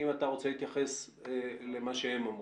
אם אתה רוצה להתייחס למה שהם אמרו.